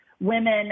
women